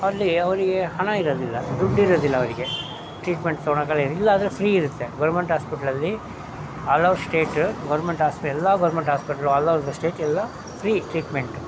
ಅಲ್ಲಿ ಅವರಿಗೆ ಹಣ ಇರೋದಿಲ್ಲ ದುಡ್ಡಿರೋದಿಲ್ಲ ಅವರಿಗೆ ಟ್ರೀಟ್ಮೆಂಟ್ ತಗೊಳ್ಳೊಕಲ್ಲ ಇಲ್ಲ ಆದ್ರೆ ಫ್ರೀ ಇರುತ್ತೆ ಗೋರ್ಮೆಂಟ್ ಆಸ್ಪೆಟ್ಲಲ್ಲಿ ಆಲ್ ಓವರ್ ಸ್ಟೇಟ್ ಗೋರ್ಮೆಂಟ್ ಆಸ್ಪ್ ಎಲ್ಲ government hospital all over the state ಎಲ್ಲ ಫ್ರೀ ಟ್ರೀಟ್ಮೆಂಟ್